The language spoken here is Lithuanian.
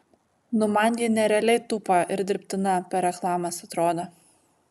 nu man ji nerealiai tupa ir dirbtina per reklamas atrodo